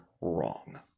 wrong